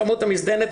שרמוטה מזדיינת,